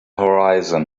horizon